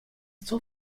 zur